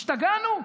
השתגענו?